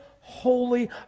holy